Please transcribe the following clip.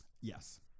Yes